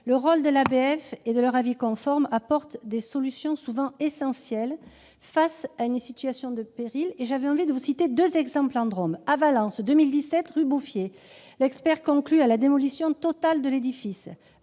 Le rôle de l'ABF, par son avis conforme, permet d'apporter des solutions souvent essentielles face à une situation de péril. Je me permets de vous citer deux exemples drômois. À Valence, en 2017, rue Bouffier, l'expert conclut à la démolition totale de l'édifice.